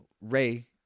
Ray